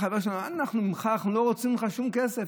אנחנו לא רוצים ממך שום כסף.